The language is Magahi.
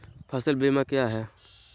फ़सल बीमा क्या है?